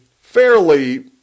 fairly